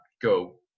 go